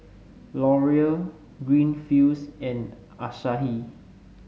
Laurier Greenfields and Asahi